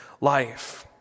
life